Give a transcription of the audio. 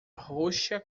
roxa